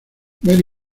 mary